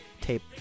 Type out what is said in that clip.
tape